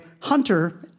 Hunter